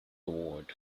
award